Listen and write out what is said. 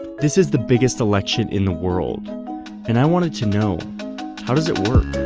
this is the biggest election in the world wanted to know how does it work.